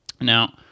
Now